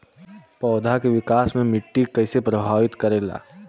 पौधा के विकास मे मिट्टी कइसे प्रभावित करेला?